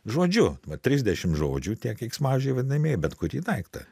žodžiu va trisdešim žodžių tie keiksmažodžiai vadinamieji bet kurį daiktą